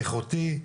איכותי,